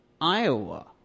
Iowa